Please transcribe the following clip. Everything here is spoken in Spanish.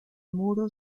muro